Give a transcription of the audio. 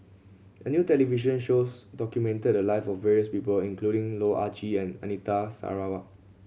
a new television shows documented the live of various people including Loh Ah Chee and Anita Sarawak